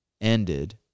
ended